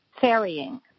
ferrying